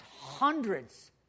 hundreds